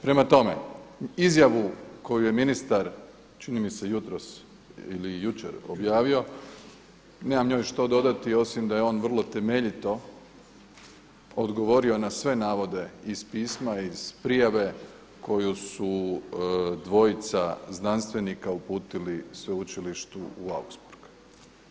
Prema tome, izjavu koju je ministar čini mi se jutros ili jučer objavio nemam njoj što dodati, osim da je on vrlo temeljito odgovorio na sve navode iz pisma, iz prijave koju su dvojica znanstvenika uputili Sveučilištu u Augsburg.